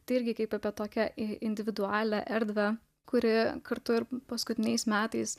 tai irgi kaip apie tokią į individualią erdvę kurioje kartu ir paskutiniais metais